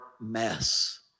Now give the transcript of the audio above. mess